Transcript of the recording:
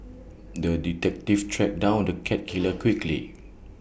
the detective tracked down the cat killer quickly